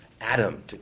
Adam